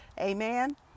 Amen